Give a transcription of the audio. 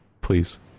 Please